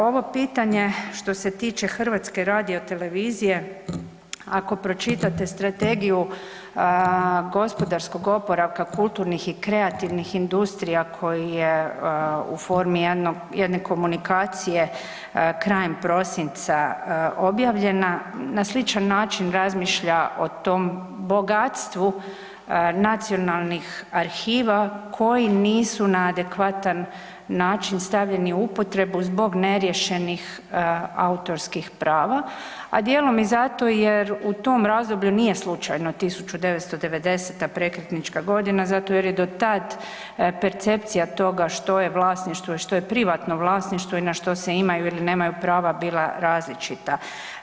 Ovo pitanje što se tiče Hrvatske radiotelevizije ako pročitate Strategiju gospodarskog oporavka kulturnih i kreativnih industrija koji je u formi jedne komunikacije krajem prosinca objavljena na sličan način razmišlja o tom bogatstvu nacionalnih arhiva koji nisu na adekvatan način stavljeni u upotrebu zbog neriješenih autorskih prava, a dijelom i zato jer u tom razdoblju nije slučajno 1990. prekretnička godina, zato jer je do tada percepcija toga što je vlasništvo i što je privatno vlasništvo i na što se imaju ili nemaju prava bila različita.